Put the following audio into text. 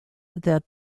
that